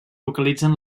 localitzen